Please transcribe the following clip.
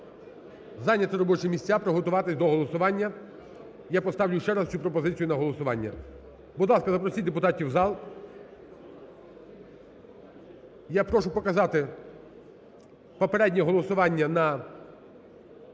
зайняти робочі місця, приготуватись до голосування, я поставлю ще раз цю пропозицію на голосування. Будь ласка, запросіть депутатів в зал. Я прошу показати попереднє голосування на